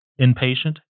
inpatient